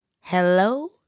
Hello